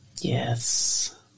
Yes